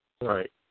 Right